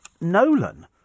nolan